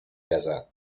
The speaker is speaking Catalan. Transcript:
casar